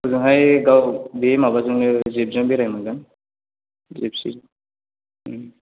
होजोंहाय बे माबाजोंनो जिपजों बेरायनो मोनगोन जिपसि